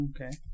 Okay